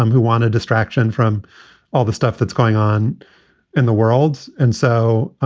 um who want a distraction from all the stuff that's going on in the world and so,